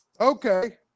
Okay